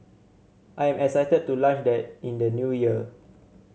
I am excited to launch that in the New Year